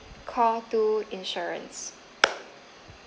call two insurance